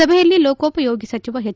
ಸಭೆಯಲ್ಲಿ ಲೋಕೋಪಯೋಗಿ ಸಚಿವ ಹೆಚ್